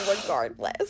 regardless